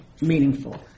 meaningful